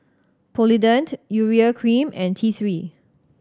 Polident Urea Cream and T Three